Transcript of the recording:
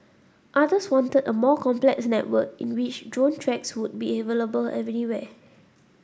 others wanted a more complex network in which drone tracks would be available anywhere